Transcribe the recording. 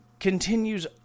continues